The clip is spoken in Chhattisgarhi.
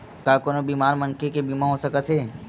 का कोनो बीमार मनखे के बीमा हो सकत हे?